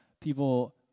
people